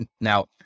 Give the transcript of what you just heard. Now